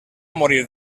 morir